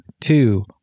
two